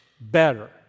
better